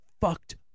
fucked